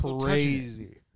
crazy